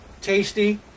tasty